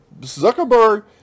Zuckerberg